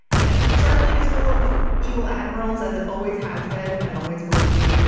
you know, starfleet is full of evil admirals, as it always has been and always will be.